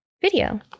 video